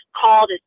called